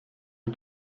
les